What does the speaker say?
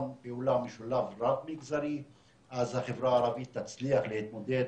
פעולה משולב רב מגזרי אז החברה הערבית תצליח להתמודד